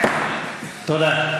תודה.